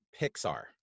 Pixar